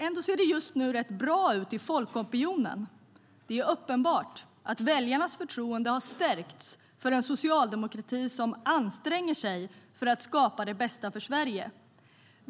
Ändå ser det just nu rätt bra ut i folkopinionen. Det är uppenbart att väljarnas förtroende har stärkts för en socialdemokrati som anstränger sig för att skapa det bästa för Sverige.